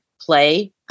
play